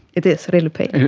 it is real pain.